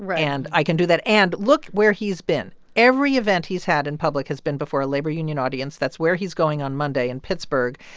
and i can do that. and look where he's been. every event he's had in public has been before a labor union audience. that's where he's going on monday in pittsburgh.